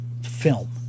film